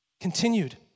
continued